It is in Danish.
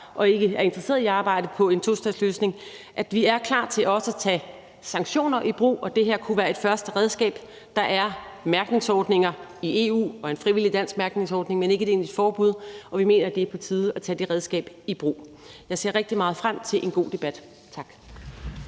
og ikke er interesseret i at arbejde på en tostatsløsning – at vi er klar til også at tage sanktioner i brug, og det her kunne være et første redskab. Der er mærkningsordninger i EU og en frivillig dansk mærkningsordning, men ikke et egentlig forbud, og vi mener, det er på tide at tage det redskab i brug. Jeg ser rigtig meget frem til en god debat. Tak.